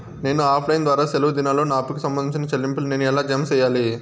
నేను offline ద్వారా సెలవు దినాల్లో నా అప్పుకి సంబంధించిన చెల్లింపులు నేను ఎలా జామ సెయ్యాలి?